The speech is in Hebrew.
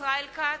ישראל כץ,